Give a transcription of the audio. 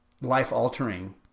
life-altering